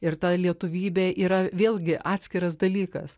ir ta lietuvybė yra vėlgi atskiras dalykas